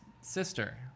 sister